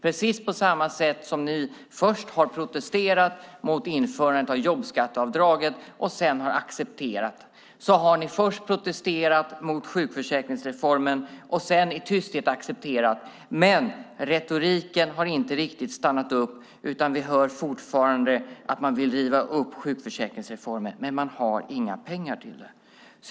Precis på samma sätt som ni först har protesterat mot införandet av jobbskatteavdraget och sedan har accepterat det, har ni först protesterat mot sjukförsäkringsreformen och sedan i tysthet accepterat den. Men retoriken har inte riktigt stannat upp, utan vi hör fortfarande att man vill riva upp sjukförsäkringsreformen. Men man har inga pengar till den.